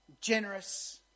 generous